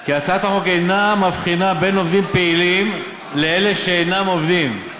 כי הצעת החוק אינה מבחינה בין עובדים פעילים לאלה שאינם עובדים,